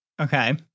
Okay